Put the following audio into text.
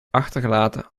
achtergelaten